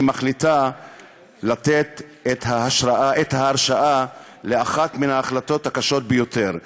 מחליטה לתת את ההרשאה לאחת מן ההחלטות הקשות ביותר.